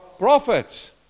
prophets